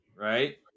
right